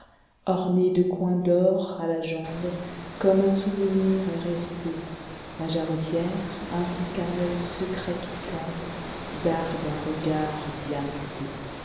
orné de coins d'or à la jambe comme un souvenir est resté la jarretière ainsi qu'un œil secret qui ïambe darde un rcj ard diamanté